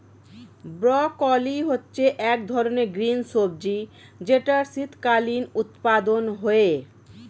broccoli হচ্ছে এক ধরনের গ্রিন সবজি যেটার শীতকালীন উৎপাদন হয়ে